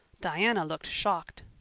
diana looked shocked.